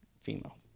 female